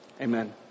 Amen